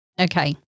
okay